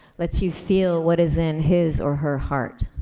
let's you feel what is in his or her heart.